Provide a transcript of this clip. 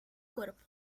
cuerpo